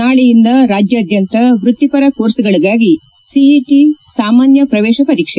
ನಾಳೆಯಿಂದ ರಾಜ್ಯಾದ್ಯಂತ ವೃತ್ತಿಪರ ಕೋರ್ಸ್ಗಳಿಗಾಗಿ ಸಿಇಟಿ ಸಾಮಾನ್ನ ಪ್ರವೇಶ ಪರೀಕ್ಸೆ